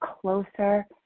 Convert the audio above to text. closer